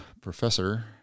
professor